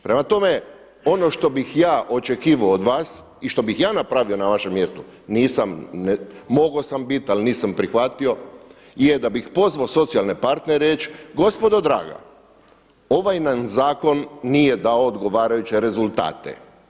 Prema tome, ono što bih ja očekivao od vas i što bih ja napravio na vašem mjestu nisam, mogao sam biti ali nisam prihvati, je da bi pozvao socijalne partnere i rekao gospodo draga ovaj nam zakon nije dao odgovarajuće rezultate.